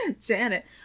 Janet